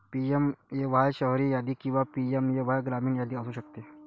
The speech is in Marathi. पी.एम.ए.वाय शहरी यादी किंवा पी.एम.ए.वाय ग्रामीण यादी असू शकते